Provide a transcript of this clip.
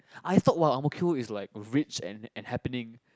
I thought what Ang-Mo-Kio is like rich and and happenning